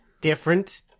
different